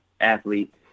athlete